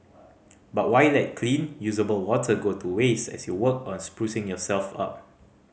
but why let clean usable water go to waste as you work on sprucing yourself up